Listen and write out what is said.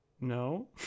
No